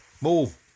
Move